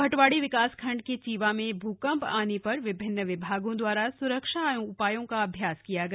भटवाड़ी विकासखंड के चिवा में भूकंप आने पर विभिन्न विभागों द्वारा सुरक्षा उपायों का अभ्यास किया गया